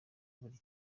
buri